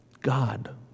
God